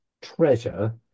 treasure